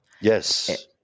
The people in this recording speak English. Yes